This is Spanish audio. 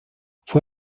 fue